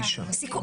9:00 זה סוכם.